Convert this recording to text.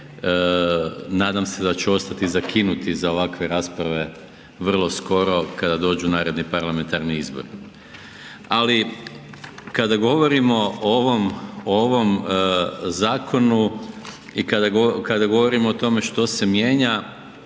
nadam se da će ostati zakinuti za ovakve rasprave vrlo skoro kada dođu naredni parlamentarni izbori. Ali kada govorimo o ovom zakonu i kada govorimo o tome što se mijenja,